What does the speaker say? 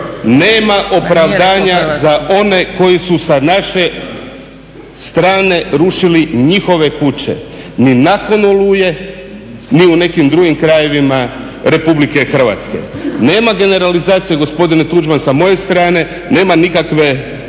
Nema opravdanja za one koji su sa naše strane rušili njihove kuće ni nakon "Oluje" ni u nekim drugim krajevima Republike Hrvatske. Nema generalizacije gospodine Tuđman sa moje strane, nema nikakve